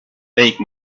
make